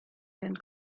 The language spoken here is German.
werden